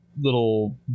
little